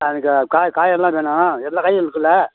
எனக்கு காய் காயெல்லாம் வேணும் எல்லா காயும் இருக்குதுல்ல